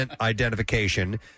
identification